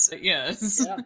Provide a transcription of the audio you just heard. Yes